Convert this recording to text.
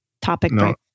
topic